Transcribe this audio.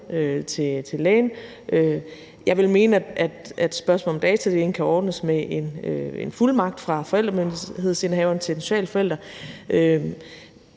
til lægen. Jeg vil mene, at spørgsmålet om data alene kan ordnes med en fuldmagt fra forældremyndighedsindehaveren til den sociale forælder,